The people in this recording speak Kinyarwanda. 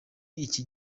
iki